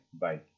Bye